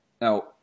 Now